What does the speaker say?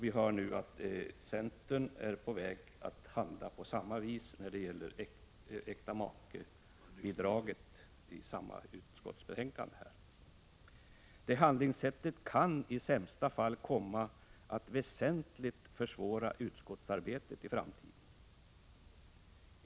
Vi hör nu att centern är på väg att handla på samma vis i fråga om äktamakeprövningen. Det handlingssättet kan i sämsta fall komma att väsentligt försvåra utskottsarbetet i framtiden.